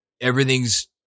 everything's